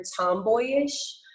tomboyish